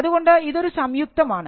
അതുകൊണ്ട് ഇതൊരു സംയുക്തമാണ്